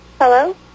Hello